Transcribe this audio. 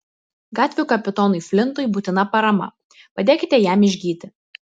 gatvių kapitonui flintui būtina parama padėkite jam išgyti